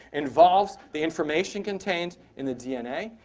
involves the information contained in the dna.